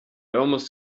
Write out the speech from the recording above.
almost